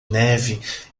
neve